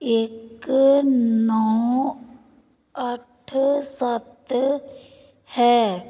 ਇੱਕ ਨੌਂ ਅੱਠ ਸੱਤ ਹੈ